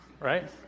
right